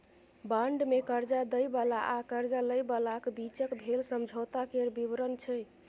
bond मे करजा दय बला आ करजा लय बलाक बीचक भेल समझौता केर बिबरण छै